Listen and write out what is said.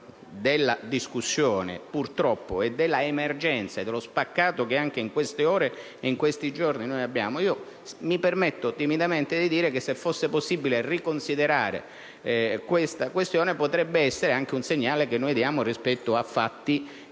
della discussione, purtroppo, e dell'emergenza e dello spaccato anche di queste ore e di questi giorni, mi permetto timidamente di dire che se fosse possibile riconsiderare tale questione, potrebbe essere anche un segnale che noi diamo rispetto a fatti